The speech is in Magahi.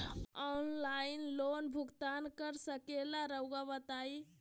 ऑनलाइन लोन भुगतान कर सकेला राउआ बताई?